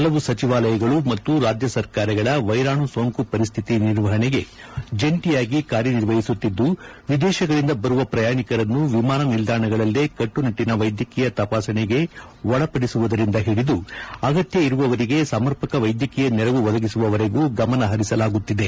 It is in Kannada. ಹಲವು ಸಚಿವಾಲಯಗಳು ಮತ್ತು ಸರ್ಕಾರಗಳ ವೈರಾಣ ಸೋಂಕು ಪರಿಸ್ಥಿತಿ ನಿರ್ವಹಣೆಗೆ ಜಂಟಿಯಾಗಿ ರಾಜ್ಯ ಕಾರ್ಯನಿರ್ವಹಿಸುತ್ತಿದ್ದು ವಿದೇಶಗಳಿಂದ ಬರುವ ಪ್ರಯಾಣಿಕರನ್ನು ವಿಮಾನ ನಿಲ್ದಾಣಗಳಲ್ಲೇ ಕಟ್ಸುನಿಟ್ಟಿನ ವೈದ್ಯಕೀಯ ತಪಾಸಣೆಗೆ ಒಳಪಡಿಸುವುದರಿಂದ ಹಿಡಿದು ಅಗತ್ಯ ಇರುವವರಿಗೆ ಸಮರ್ಪಕ ವೈದ್ಯಕೀಯ ನೆರವು ಒದಗಿಸುವವರೆಗೂ ಗಮನ ಹರಿಸಲಾಗುತ್ತಿದೆ